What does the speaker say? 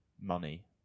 money